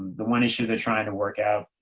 the one issue they're trying to work out